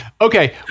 Okay